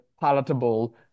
palatable